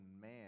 man